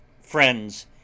friends